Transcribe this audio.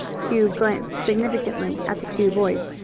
hugh glanced significantly at the two boys.